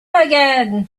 again